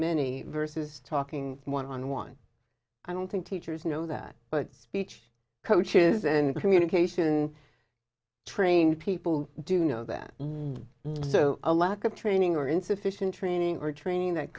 many versus talking one on one i don't think teachers know that but speech coaches and communication trained people do know that a lack of training or insufficient training or training that